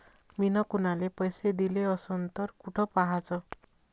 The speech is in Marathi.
मिन कुनाले पैसे दिले असन तर कुठ पाहाचं?